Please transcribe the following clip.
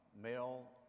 male